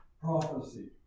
prophecy